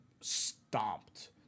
stomped